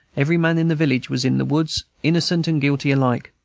every man in the village was in the woods, innocent and guilty alike.